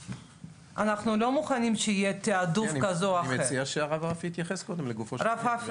אנחנו לא מוכנים שיהיה תעדוף כזה או אחר.